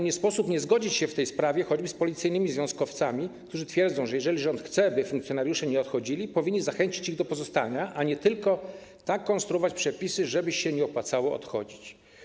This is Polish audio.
Nie sposób nie zgodzić się w tej sprawie choćby z policyjnymi związkowcami, którzy twierdzą, że jeżeli rząd chce, by funkcjonariusze nie odchodzili, powinien zachęcić ich do pozostania, a nie tylko tak konstruować przepisy, żeby się nie opłacało odchodzić.